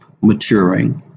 maturing